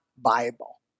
Bible